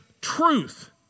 truth